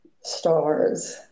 stars